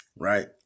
right